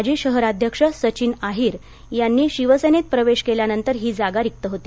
माजी शहराध्यक्ष सचिन अहिर यांनी शिवसेनेत प्रवेश केल्यानंतर ही जागा रिक्त होती